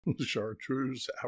Chartreuse